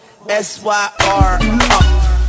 S-Y-R-